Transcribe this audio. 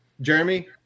Jeremy